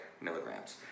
milligrams